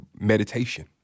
meditation